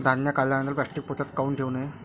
धान्य काढल्यानंतर प्लॅस्टीक पोत्यात काऊन ठेवू नये?